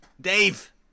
Dave